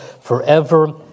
forever